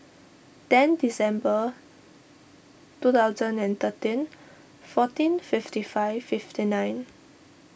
ten December two thousand and thirteen fourteen fifty five fifty nine